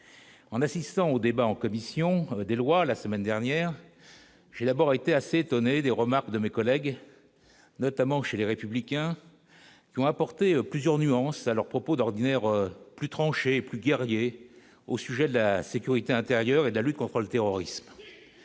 en assistant aux débats en commission des lois, la semaine dernière, j'ai d'abord été assez étonné des remarques de mes collègues et notamment chez les républicains, qui ont apporté plusieurs nuances à leur propos, d'ordinaire plus tranché plus guerrier au sujet de la sécurité intérieure et la lutte contre le terrorisme,